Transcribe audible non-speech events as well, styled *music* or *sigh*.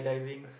*breath*